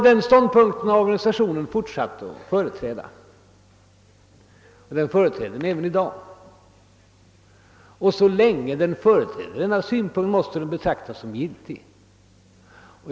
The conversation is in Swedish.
Den ståndpunkten har organisationen företrätt och gör så än i dag. Och så länge så sker måste ju ståndpunkten betraktas som giltig.